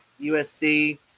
USC